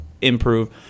improve